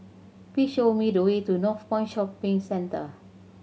please show me the way to Northpoint Shopping Centre